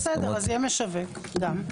אז יהיה משווק גם.